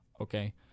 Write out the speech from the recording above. Okay